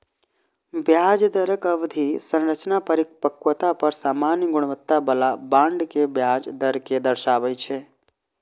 ब्याज दरक अवधि संरचना परिपक्वता पर सामान्य गुणवत्ता बला बांड के ब्याज दर कें दर्शाबै छै